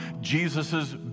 jesus's